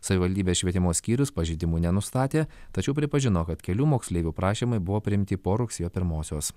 savivaldybės švietimo skyrius pažeidimų nenustatė tačiau pripažino kad kelių moksleivių prašymai buvo priimti po rugsėjo pirmosios